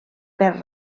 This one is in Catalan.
perd